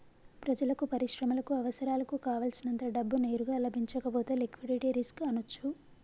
ప్రజలకు, పరిశ్రమలకు అవసరాలకు కావల్సినంత డబ్బు నేరుగా లభించకపోతే లిక్విడిటీ రిస్క్ అనొచ్చు